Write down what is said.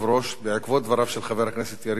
בעקבות דבריו של חבר הכנסת יריב לוין,